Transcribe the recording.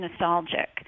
nostalgic